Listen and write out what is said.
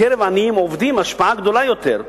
בקרב עניים עובדים ההשפעה גדולה יותר,